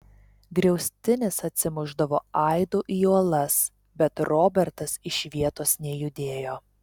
griaustinis atsimušdavo aidu į uolas bet robertas iš vietos nejudėjo